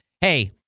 hey